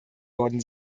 worden